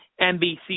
NBC